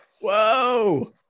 Whoa